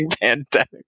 pandemic